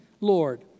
Lord